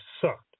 sucked